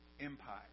empire